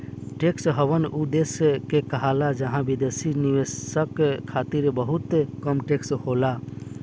tax haven उ देश के कहाला जहां विदेशी निवेशक खातिर बहुते कम टैक्स होला